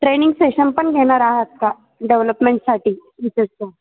training session पण घेणार आहात का डेव्हलपमेंटसाठी विशेषत